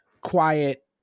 quiet